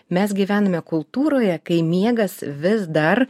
mes gyvename kultūroje kai miegas vis dar